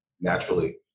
naturally